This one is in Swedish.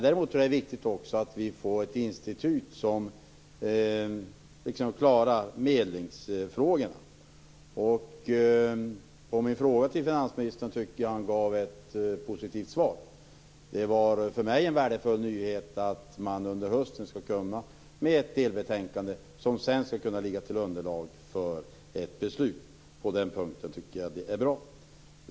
Däremot är det viktigt att vi också får ett institut som klarar medlingsfrågorna. På min fråga till finansministern tycker jag att han gav ett positivt svar. Det var för mig en värdefull nyhet att man under hösten skall komma med ett delbetänkande som sedan skall kunna ligga till underlag för ett beslut. På den punkten tycker jag att det är bra.